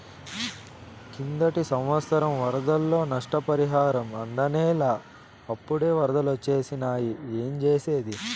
కిందటి సంవత్సరం వరదల్లో నష్టపరిహారం అందనేలా, అప్పుడే ఒరదలొచ్చేసినాయి ఏంజేసేది